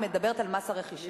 היא מדברת על מס הרכישה.